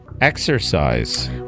exercise